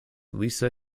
lisa